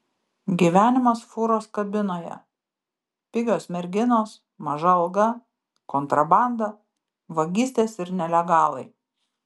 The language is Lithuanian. gyvenimas fūros kabinoje pigios merginos maža alga kontrabanda vagystės ir nelegalai